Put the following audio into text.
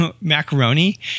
macaroni